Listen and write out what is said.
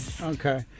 Okay